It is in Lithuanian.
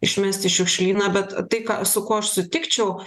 išmesti į šiukšlyną bet tai ką su kuo aš sutikčiau